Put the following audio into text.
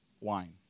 wine